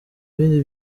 bindi